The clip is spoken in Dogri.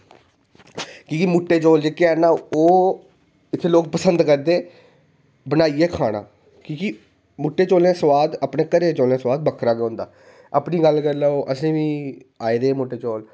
कि मुट्टे चौल जेह्के हैन ना ओह् उसी लोग पसंद करदे बनाइयै खाना की के मुट्टें चौलें दा सोआद तके अपने घरें दे चोलें दा सोआद बक्खरा गै होंदा अपनी गल्ल करी लैओ असेंगी आए दे मुट्टे चौल